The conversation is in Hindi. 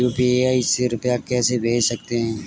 यू.पी.आई से रुपया कैसे भेज सकते हैं?